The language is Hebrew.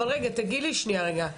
אבל רגע תגיד לי שנייה רגע,